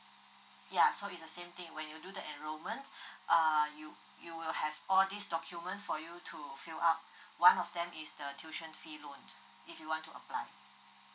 ya so is the same thing when you do the enrollment err you you will have all this document for you to fill up one of them is the tuition fee loan if you want to apply